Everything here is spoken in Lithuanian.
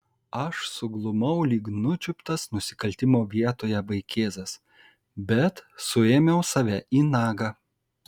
aš suglumau lyg nučiuptas nusikaltimo vietoje vaikėzas bet suėmiau save į nagą